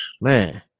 Man